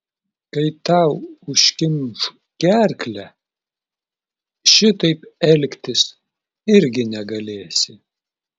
kai tau užkimš gerklę šitaip elgtis irgi negalėsi